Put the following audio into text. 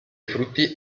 frutti